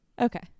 Okay